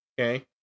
Okay